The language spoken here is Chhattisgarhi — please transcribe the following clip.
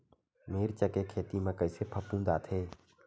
मिर्च के खेती म कइसे फफूंद आथे?